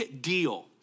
deal